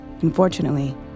Unfortunately